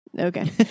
Okay